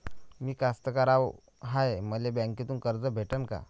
मी कास्तकार हाय, मले बँकेतून कर्ज भेटन का?